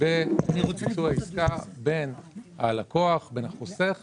בביצוע העסקה את החוסך